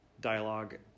dialogue